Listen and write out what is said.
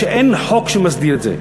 שאין חוק שמסדיר את זה.